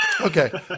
Okay